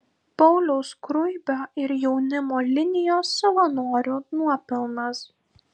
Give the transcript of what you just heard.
pauliaus skruibio ir jaunimo linijos savanorių nuopelnas